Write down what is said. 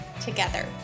together